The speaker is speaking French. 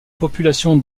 population